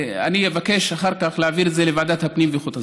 אני אבקש אחר כך להעביר את זה לוועדת הפנים ואיכות הסביבה.